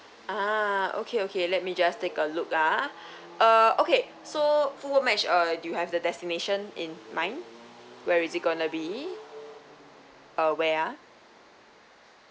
ah okay okay let me just take a look ah uh okay so football match uh do you have the destination in mind where is it going to be uh where uh